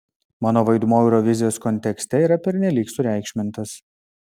mano vaidmuo eurovizijos kontekste yra pernelyg sureikšmintas